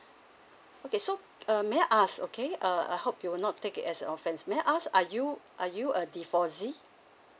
okay so uh may I ask okay uh I hope you will not take it as offence may I ask are you are you a divorcee